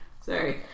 Sorry